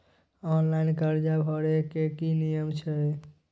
Online कर्जा भरै के की नियम छै?